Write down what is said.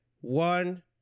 one